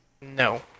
No